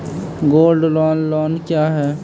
Gold loan loan क्या हैं?